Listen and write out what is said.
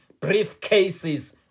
briefcases